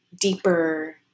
deeper